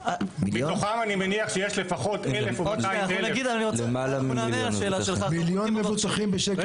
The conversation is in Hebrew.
מתוכם אני מניח שיש לפחות 1,000 או 200,000. מיליון מבוטחים בשקל